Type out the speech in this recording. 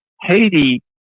Haiti